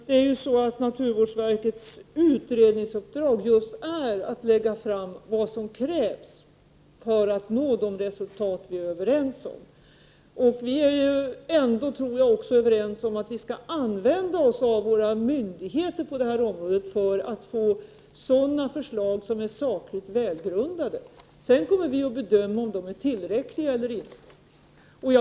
Herr talman! Naturvårdsverkets utredningsuppdrag är just att redovisa vad som krävs för att nå de resultat vi är överens om. Och vi är överens om att vi skall använda våra myndigheter på detta område för att få sådana förslag som är sakligt välgrundade. Sedan kommer vi att bedöma om de är tillräckliga eller inte.